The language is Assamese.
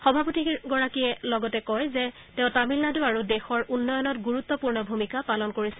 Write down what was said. সভাপতিগৰাকীয়ে লগতে কয় যে তেওঁ তামিলনাডু আৰু দেশৰ উন্নয়নত গুৰুত্বপূৰ্ণ ভূমিকা পালন কৰিছিল